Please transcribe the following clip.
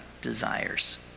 desires